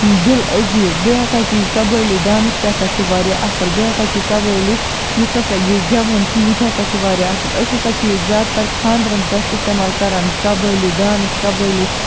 دِل عزیٖز بیٚیہِ ہسا چھِ یہِ قبٲیلی ڈانٕس تہِ ہسا چھُ واریاہ اَصٕل بیٚیہِ ہسا چھ قبٲیلی یُس ہسا یہِ گٮ۪وُن چھُ یہِ تہِ ہسا چھُ واریاہ اَصٕل أسۍ ہسا چھِ یہِ زیادٕ تر خانٛدرَن پٮ۪ٹھ اِستعمال کَران قبٲیلی ڈانٕس قبٲیلی